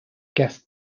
guest